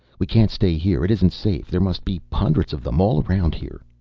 we can't stay here. it isn't safe. there must be hundreds of them all around here.